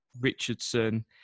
Richardson